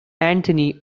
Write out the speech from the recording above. antony